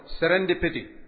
serendipity